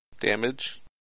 damage